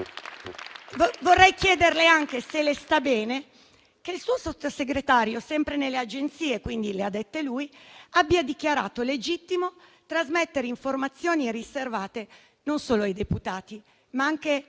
Vorrei chiederle anche se le sta bene che il suo Sottosegretario, sempre nelle agenzie (quindi lo ha detto lui), abbia dichiarato legittimo trasmettere informazioni riservate non solo ai deputati, ma anche agli amici.